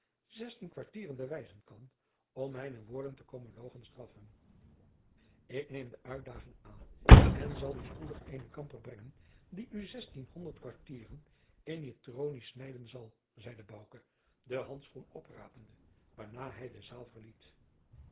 zestien quartieren bewijzen kan om mijne woorden te komen logenstraffen ik neem de uitdaging aan en zal u spoedig eenen kamper brengen die u zestien honderd quartieren in je tronie snijden zal zeide bouke de handschoen oprapende waarna hij de zaal